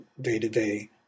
day-to-day